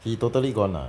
he totally gone ah